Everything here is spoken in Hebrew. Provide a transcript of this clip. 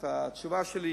התשובה שלי